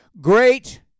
great